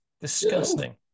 Disgusting